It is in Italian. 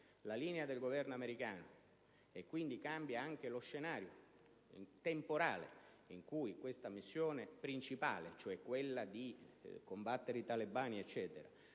la linea del Governo americano ed anche lo scenario temporale in cui questa missione principale (cioè quella di combattere i talebani) si